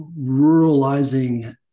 ruralizing